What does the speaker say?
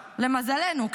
למזלנו,